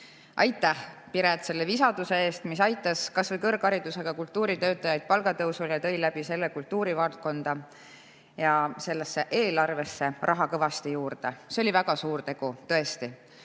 Aitäh, Piret, selle visaduse eest, mis aitas kas või kõrgharidusega kultuuritöötajaid palgatõusule ja tõi selle kaudu kultuurivaldkonda ja selle eelarvesse raha kõvasti juurde! See oli väga suur tegu, tõesti.